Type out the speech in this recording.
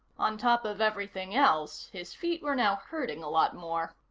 on top of everything else, his feet were now hurting a lot more.